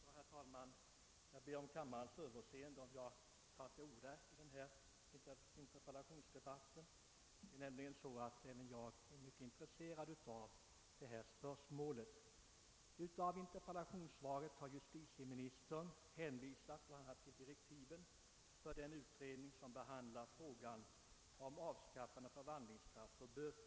Herr talman! Jag ber om kammarens överseende för att jag tar till orda i denna interpellationsdebatt, men även jag är mycket intresserad av detta spörsmål. I interpellationssvaret har justitieministern bl.a. hänvisat till direktiven för den utredning som behandlar frågan om avskaffande av förvandlingsstraff för böter.